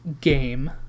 game